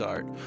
Art